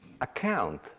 account